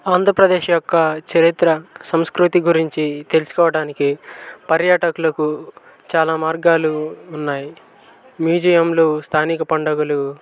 ఆంధ్రప్రదేశ్ యొక్క చరిత్ర సంస్కృతి గురించి తెలుసుకోవడానికి పర్యాటకులకు చాలా మార్గాలు ఉన్నాయి మ్యూజియంలు స్థానిక పండగలు